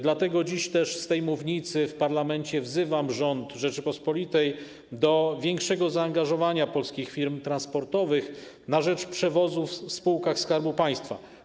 Dlatego też dziś z tej mównicy w parlamencie wzywam rząd Rzeczypospolitej do większego zaangażowania polskich firm transportowych w przewozy w spółkach Skarbu Państwa.